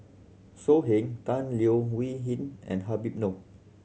So Heng Tan Leo Wee Hin and Habib Noh